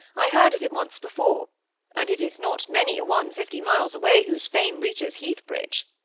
i heard of him once before and it is not many a one fifty miles away whose fame reaches heathbridge